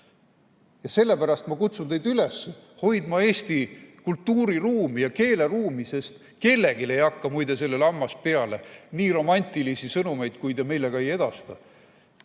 Sellepärast kutsun ma teid üles hoidma eesti kultuuriruumi ja keeleruumi. Kellelgi ei hakka muide sellele hammas peale, nii romantilisi sõnumeid kui te meile ka ei edasta.